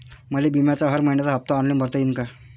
मले बिम्याचा हर मइन्याचा हप्ता ऑनलाईन भरता यीन का?